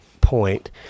point